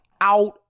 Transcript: out